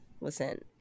Listen